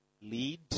lead